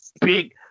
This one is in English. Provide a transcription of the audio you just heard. big